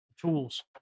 Tools